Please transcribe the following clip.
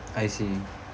I see